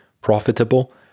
profitable